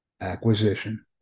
acquisition